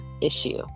issue